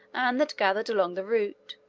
and that gathered along the route,